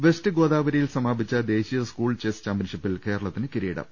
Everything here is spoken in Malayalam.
വെസ്റ്റ് ഗോദാവരിയിൽ സമാപിച്ച ദേശീയ സ്കൂൾ ചെസ് ചാമ്പ്യൻഷിപ്പിൽ കേരളത്തിന് കിരീടം